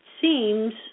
seems